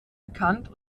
bekannt